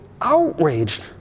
outraged